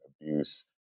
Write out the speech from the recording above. abuse